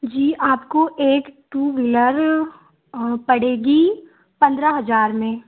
जी आपको एक two wheeler पड़ेगी पंद्रह हज़ार में